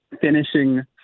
finishing